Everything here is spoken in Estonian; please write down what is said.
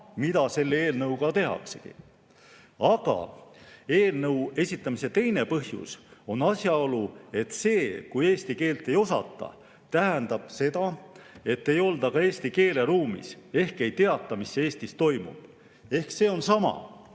mida selle eelnõuga tehaksegi. Aga eelnõu esitamise teine põhjus on asjaolu, et see, kui eesti keelt ei osata, tähendab seda, et ei olda ka eesti keeleruumis ehk ei teata, mis Eestis toimub. See on sama,